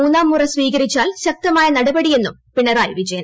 മൂന്നാം മുറ സ്വീകരിച്ചാൽ ശക്തമായ നടപടിയെന്നും പിണറായി വിജയൻ